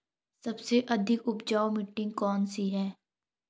सबसे अधिक उपजाऊ मिट्टी कौन सी है?